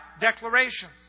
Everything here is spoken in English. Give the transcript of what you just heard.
declarations